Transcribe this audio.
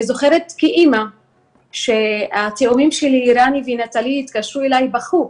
אני זוכרת כאמא שהתאומים שלי התקשרו אליי ובכו: